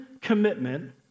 commitment